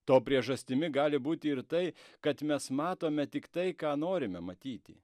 to priežastimi gali būti ir tai kad mes matome tik tai ką norime matyti